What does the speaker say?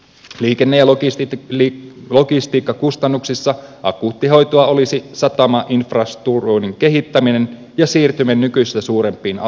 liikenne ja logistiikkakustannuksissa akuuttihoitoa olisi satamainfrastruktuurin kehittäminen ja siirtyminen nykyistä suurempiin aluskokoihin